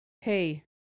Hey